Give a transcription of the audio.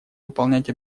выполнять